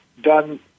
done